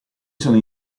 sono